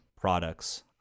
products